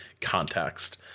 context